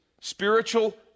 spiritual